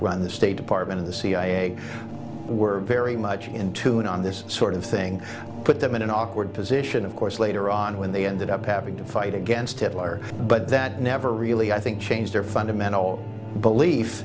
run the state department of the cia were very much in tune on this sort of thing put them in an awkward position of course later on when they ended up having to fight against hitler but that never really i think changed their fundamental belief